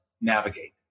navigate